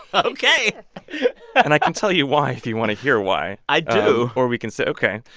ok and i can tell you why if you want to hear why i do or we can say ok.